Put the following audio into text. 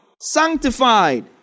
sanctified